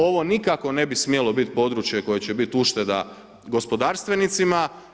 Ovo nikako ne bi smjelo biti područje koje će biti ušteda gospodarstvenicima.